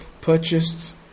purchased